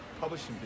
publishing